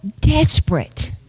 desperate